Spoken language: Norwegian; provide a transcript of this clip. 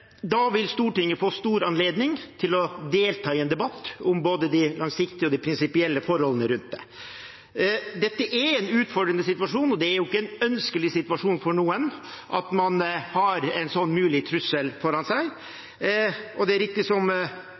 Da vil Stortinget få god anledning til å delta i en debatt om både de langsiktige og de prinsipielle forholdene rundt det. Dette er en utfordrende situasjon, og det er ingen ønskelig situasjon for noen at man har en slik mulig trussel foran seg. Det er riktig som